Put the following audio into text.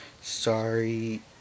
sorry